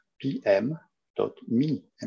pm.me